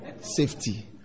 Safety